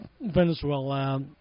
Venezuela